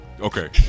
Okay